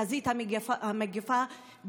בחזית המגפה,